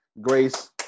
Grace